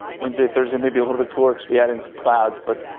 wednesday thursday, maybe a little bit corks yet in some clouds but.